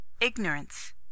ignorance